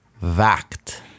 Wacht